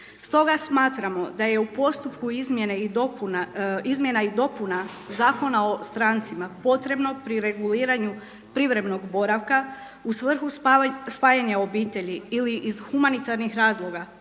Stoga smatramo da je u postupku izmjena i dopuna Zakona o strancima potrebno pri reguliranju privremenog boravka u svrhu spajanja obitelji ili iz humanitarnih razloga